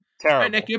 Terrible